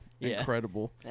Incredible